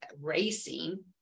racing